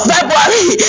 February